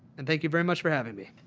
and thank you very much for having me.